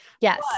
Yes